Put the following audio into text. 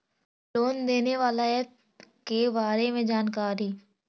Loan देने बाला app के बारे मे जानकारी?